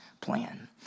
plan